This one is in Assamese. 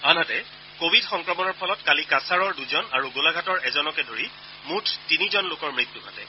আনহাতে কোৱিড সংক্ৰমণৰ ফলত কালি কাছাৰৰ দুজন আৰু গোলাঘাটৰ এজনকে ধৰি মুঠ তিনিজন লোকৰ মৃত্যু ঘটে